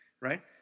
Right